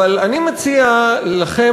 אבל אני מציע לכם,